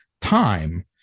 time